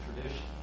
tradition